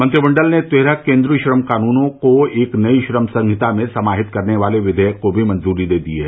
मंत्रिमंडल ने तेरह केंद्रीय श्रम कानूनों को एक नई श्रम संहिता में समाहित करने वाले विधेयक को भी मंजूरी दे दी है